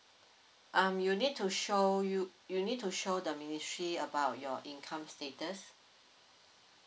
um you need to show you you need to show the ministry about your income status